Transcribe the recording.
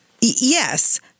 Yes